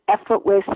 effortless